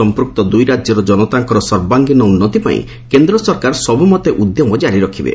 ସମ୍ପୃକ୍ତ ଦୁଇ ରାଜ୍ୟର ଜନତାଙ୍କ ସର୍ବାଙ୍ଗୀନ ଉନ୍ନତି ପାଇଁ କେନ୍ଦ୍ର ସରକାର ସବୁମତେ ଉଦ୍ୟମ ଜାରି ରଖିବେ